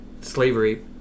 slavery